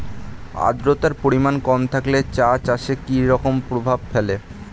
আদ্রতার পরিমাণ কম থাকলে চা চাষে কি রকম প্রভাব ফেলে?